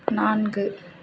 நான்கு